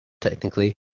technically